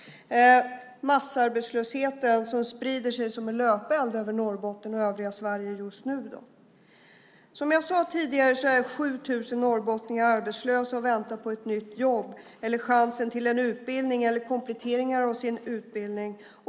Massarbetslösheten sprider sig som en löpeld över Norrbotten och övriga Sverige just nu. Som jag sade tidigare är 7 000 norrbottningar arbetslösa och väntar på ett nytt jobb eller chansen till en utbildning eller kompletteringar av sin utbildning.